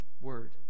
word